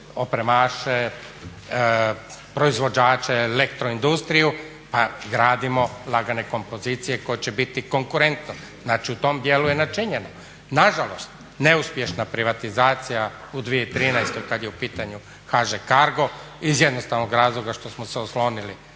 opremaše, proizvođače, elektroindustriju, a gradimo lagane kompozicije koje će biti konkurentne. Znači u tom dijelu je načinjeno. Nažalost, neuspješna privatizacija u 2013. kad je u pitanju HŽ-Cargo iz jednostavnog razloga što smo se oslonili